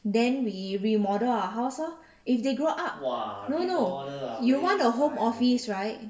then we remodel our house lor if they grow up no no you want a home office right